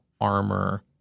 armor